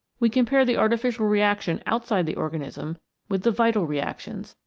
we compare the artificial reaction outside the organism with the vital reactions,